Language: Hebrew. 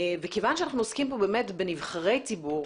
כיוון שאנחנו עוסקים כאן באמת בנבחרי ציבור,